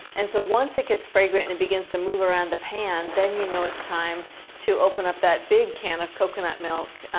and so once it gets fragrant, and it begins to move around the pan, then you know it's time to open up that big can of coconut milk,